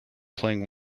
playing